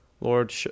Lord